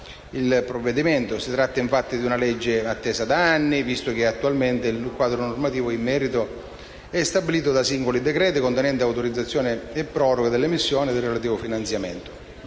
il provvedimento. Si tratta, infatti, di una legge attesa da anni visto che attualmente il quadro normativo in merito è stabilito da singoli decreti contenenti l'autorizzazione di proroga delle missioni e del relativo finanziamento;